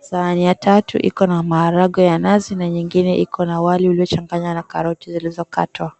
Sahani ya tatu iko na maharagwe ya nazi na nyingine iko na wali uliochanganywa na karoti zilizokatwa.